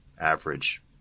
average